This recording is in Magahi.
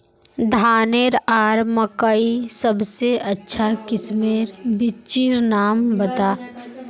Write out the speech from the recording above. धानेर आर मकई सबसे अच्छा किस्मेर बिच्चिर नाम बता?